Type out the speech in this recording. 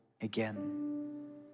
again